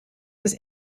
ist